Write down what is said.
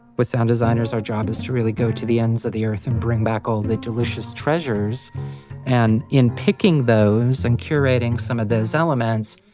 with sound designers, our job is to really go to the ends of the earth and bring back all the delicious treasures and in picking those and curating some of these elements,